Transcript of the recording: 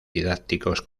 didácticos